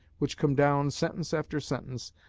which come down, sentence after sentence,